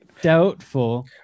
Doubtful